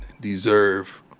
deserve